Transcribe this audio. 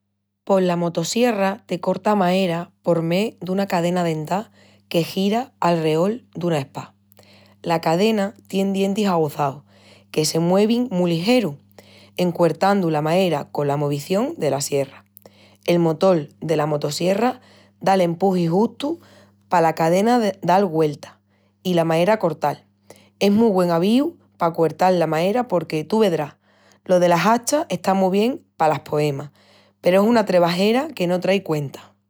Pos la motosierra te corta maera por mé duna cadena dentá que gira alreol duna espá. La cadena tien dientis aguzaus que se muevin mu ligeru, en cuertandu la maera cola movición dela sierra. El motol dela motosierra da'l empuxi justu pala cadena dal güeltas i la maera cortal. Es mu güen avíu pa cuertal la maera porque, tú vedrás, lo dela hacha está mu bien palas poemas peru es una trebajera que no trai cuenta.